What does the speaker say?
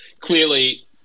clearly